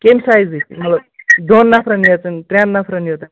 کَمہِ سایزٕکۍ مطلب دۄن نفَرن یٲژَن ترٛٮ۪ن نفرَن یوتہ